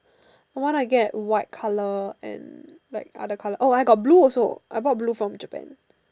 I wanna get white colour and like other colour oh I got blue also I bought blue from Japan